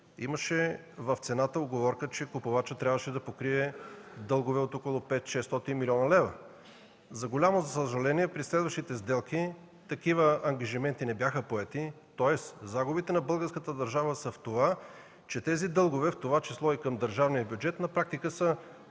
имаше уговорка – че купувачът трябваше да покрие дългове от около 500-600 млн. лв.! За голямо съжаление, при следващите сделки такива ангажименти не бяха поети. Тоест загубите на българската държава са в това, че тези дългове, в това число и към държавния бюджет, на практика са